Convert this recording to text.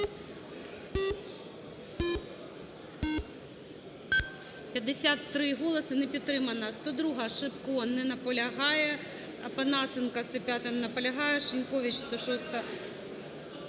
53 голоси, не підтримана. 102-а, Шипко. Не наполягає. Опанасенко, 105-а. Не наполягає. Шинькович, 106-а.